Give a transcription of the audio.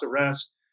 arrest